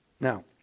Now